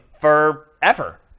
forever